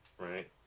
right